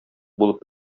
булып